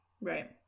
Right